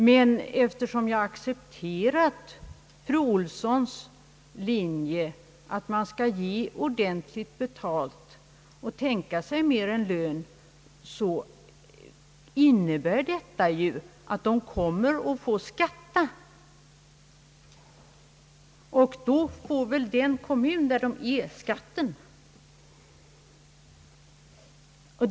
Men eftersom jag har accepterat fru Ohlssons linje att man skall ge ordentlig lön till fosterföräldrar, så innebär ju detta att de kommer att få betala skatt på lönen till kommunen där de är bosatta.